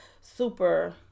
super